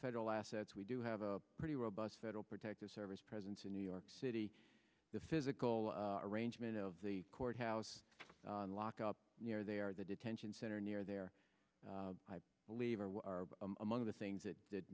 federal assets we do have a pretty robust federal protective service presence in new york city the physical arrangement of the courthouse in lock up near there the detention center near there i believe are among the things that